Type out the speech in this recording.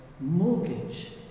mortgage